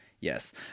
Yes